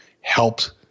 helped